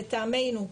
לטעמנו,